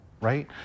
right